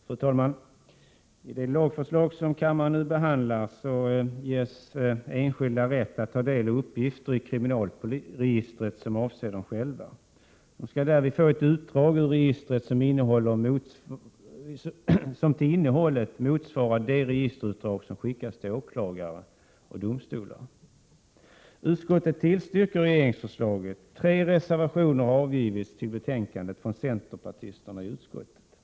Fru talman! I det lagförslag som kammaren nu behandlar föreslås att en enskild skall få ta del av uppgifter ur kriminalregistret beträffande sig själv. Man skall därvid få ett utdrag ur registret som till innehållet motsvarar det registerutdrag som skickas till åklagare och domstolar. Utskottet tillstyrker regeringsförslaget. Tre reservationer till betänkandet har avgivits från centerpartisterna i utskottet.